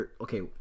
Okay